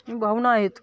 भावना आहेत